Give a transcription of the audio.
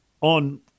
on